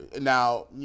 Now